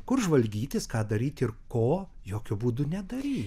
kur žvalgytis ką daryti ir ko jokiu būdu nedaryti